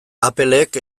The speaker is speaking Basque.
applek